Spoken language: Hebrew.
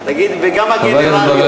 אז תגיד: וגם הגנרליות.